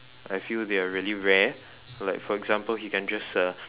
I feel they are really rare like for example he can just uh